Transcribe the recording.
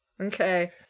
Okay